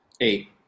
Eight